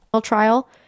trial